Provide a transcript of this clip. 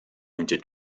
into